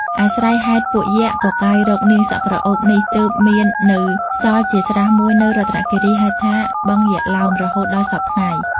អាស្រ័យហេតុពួកយក្ខ កកាយរកនាងសក់ក្រអូបនេះ ទើបមាននៅសល់ជាស្រះមួយនៅរតនគិរី ហៅថា "បឹងយក្សឡោម" រហូតដល់សព្វថ្ងៃ ។